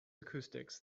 acoustics